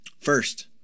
First